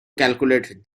calculate